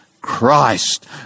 Christ